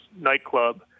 nightclub